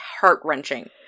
heart-wrenching